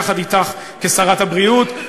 יחד אתך כשרת הבריאות,